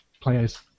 players